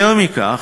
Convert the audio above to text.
יותר מכך,